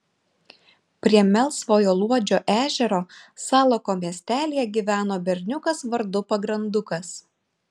prie melsvojo luodžio ežero salako miestelyje gyveno berniukas vardu pagrandukas